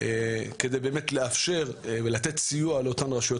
כדי באמת לאפשר ולתת סיוע לאותן רשויות